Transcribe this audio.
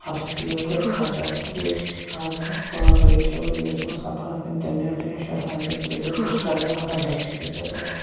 ہَتُک تیٖل کیازِ خرچاوٕ بہٕ تِکیازِ آز برۄنٹھ پانٛژھ ؤری شیٚے ؤری ٲسۍ یِوان سَتتھن رۄپِین تِلہٕ لیٖٹر یا شیٹھن رۄپین تلہٕ لیٖٹر سُہ چھُ آز یِوان اَکھ ہَتھ دہ رۄپیہِ تِلہٕ لیٖٹر